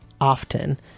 often